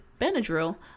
benadryl